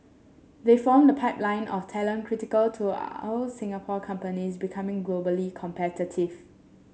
they form the pipeline of talent critical to our Singapore companies becoming globally competitive